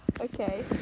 Okay